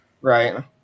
Right